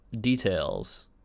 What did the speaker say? details